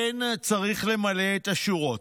כן, צריך למלא את השורות.